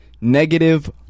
negative